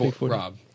Rob